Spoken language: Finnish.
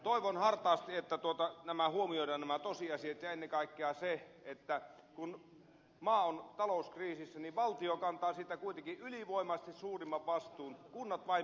toivon hartaasti että nämä tosiasiat huomioidaan ja ennen kaikkea se että kun maa on talouskriisissä niin valtio kantaa siitä kuitenkin ylivoimaisesti suurimman vastuun muna vai